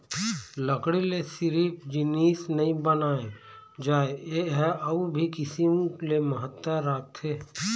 लकड़ी ले सिरिफ जिनिस नइ बनाए जाए ए ह अउ भी किसम ले महत्ता राखथे